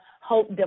Hope